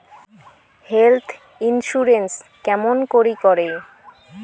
Health insurance কেমন করি করে?